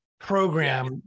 program